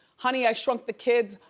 honey, i shrunk the kids,